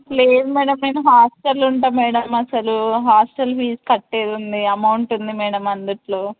లేదు మ్యాడమ్ నేను హాస్టల్లో ఉంటాను మ్యాడమ్ అసలు హాస్టల్ ఫీస్ కట్టేది ఉండే అమౌంట్ ఉంది మ్యాడమ్ అందులో